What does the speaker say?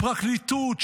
פרקליטות,